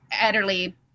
utterly